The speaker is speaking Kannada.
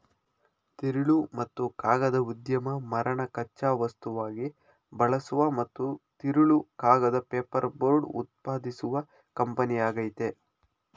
ತಿರುಳು ಮತ್ತು ಕಾಗದ ಉದ್ಯಮ ಮರನ ಕಚ್ಚಾ ವಸ್ತುವಾಗಿ ಬಳಸುವ ಮತ್ತು ತಿರುಳು ಕಾಗದ ಪೇಪರ್ಬೋರ್ಡ್ ಉತ್ಪಾದಿಸುವ ಕಂಪನಿಯಾಗಯ್ತೆ